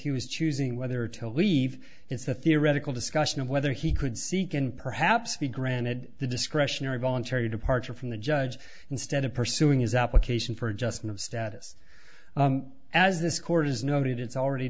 he was choosing whether to leave it's a theoretical discussion of whether he could see can perhaps be granted the discretionary voluntary departure from the judge instead of pursuing his application for adjustment of status as this court has noted it's already